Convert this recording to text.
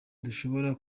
dushobora